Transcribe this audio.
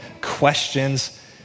questions